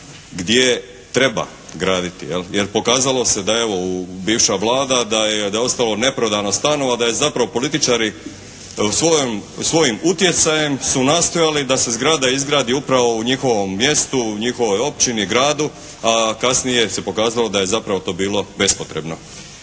gdje treba graditi jer pokazalo se da evo bivša Vlada da je ostalo neprodano stanova, da zapravo političari svojim utjecajem su nastojali da se zgrada izgradi upravo u njihovom mjestu, njihovoj općini, gradu a kasnije se pokazalo da je to zapravo bilo bespotrebno.